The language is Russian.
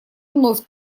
вновь